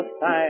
time